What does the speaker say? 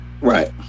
right